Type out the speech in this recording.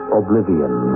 oblivion